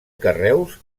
carreus